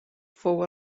fou